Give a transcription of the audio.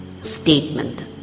statement